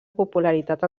popularitat